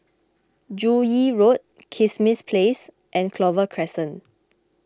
Joo Yee Road Kismis Place and Clover Crescent